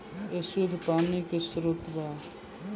ए शुद्ध पानी के स्रोत बा